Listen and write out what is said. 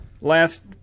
Last